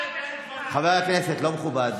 חברי הכנסת, זה לא מכובד.